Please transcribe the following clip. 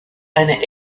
eine